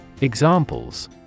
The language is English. Examples